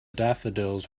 daffodils